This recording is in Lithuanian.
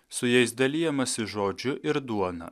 su jais dalijamasi žodžiu ir duona